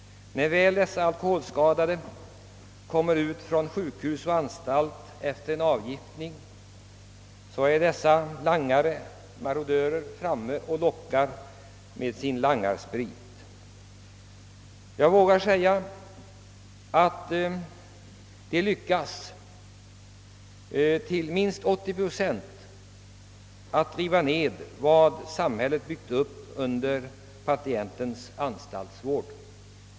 När väl de alkoholskadade kommer ut från sjukhus och anstalt efter en avgiftning, är dessa marodörer framme och lockar med sin langarsprit. De lyckas till minst 80 procent riva ned vad samhället byggt upp under patientens anstaltsvård.